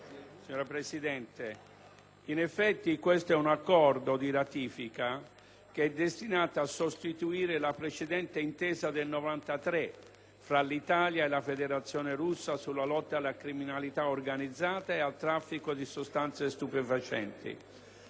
Signora Presidente, l'Accordo in ratifica, destinato a sostituire la precedente intesa del 1993 fra l'Italia e la Federazione russa sulla lotta alla criminalità organizzata e al traffico di sostanze stupefacenti,